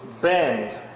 bend